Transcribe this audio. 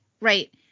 right